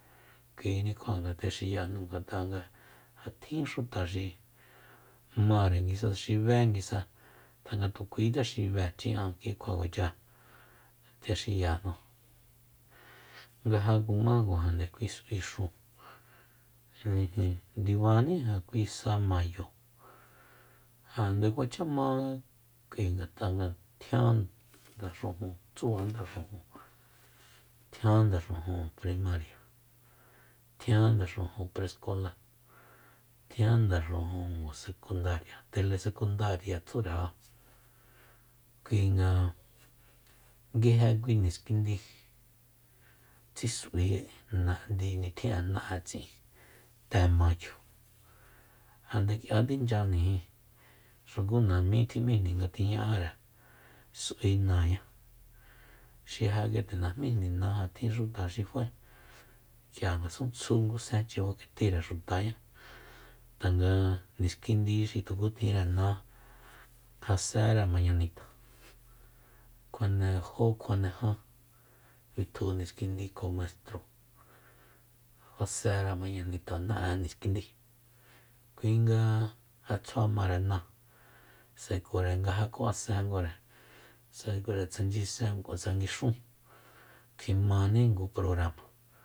Kuinikjua nga texiyajnu ngat'a ja tjin xuta xi mare nguisa xi bé nguisa tanga tu kuitse xi béchi'an kikjua kuacha tje xiyajnu nga ja kumakuajande kui s'ui xúun ijin ndibani ja kui sa mayo ja nde kuacha ma k'ui ngat'a nga tjian ndaxujun tsuba ndaxujun tjian ndaxujun primaria tjian ndaxujun preskoláa tjian ndaxujun sekundaria telesekundaria tsure ja kui nga nguije kui niskindi tsis'ui na- ndi- nitjin'e tsi'in te mayo ja nde k'ia tinchyajnijin xuku namí tjim'íjni nga tjiña'are s'ui náañá xi ja nguite najmíjni na ja tjin xuta xi faé k'ia ngasuntsju ngu senchi fak'etire xutaña tanga niskindi xi tuku tjinre ná ja séere mañanita kjuane jó kjuane ján bitju niskindi kjo maistro kjuasére mañanita na'e niskindi kuinga ja tsjua mare náa s'ae kure nga ja ku'asen kure s'ae kure tsa nchyisen ku tsa nguixun kjimaní ngu programa